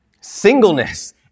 Singleness